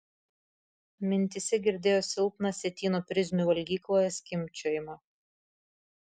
mintyse girdėjo silpną sietyno prizmių valgykloje skimbčiojimą